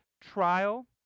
trial